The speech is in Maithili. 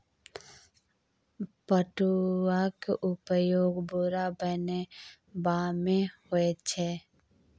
पटुआक उपयोग बोरा बनेबामे होए छै